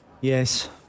Yes